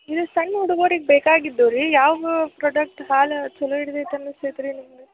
ಇದು ಸಣ್ಣ ಹುಡುಗ್ರಿಗೆ ಬೇಕಾಗಿದ್ದು ರೀ ಯಾವ ಪ್ರಾಡಕ್ಟ್ ಹಾಲು ಚಲೋ ಇರ್ತೈತಿ ಅನಸ್ತೈತಿ ರೀ ನಿಮ್ಗ